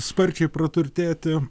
sparčiai praturtėti